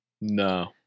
No